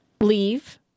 leave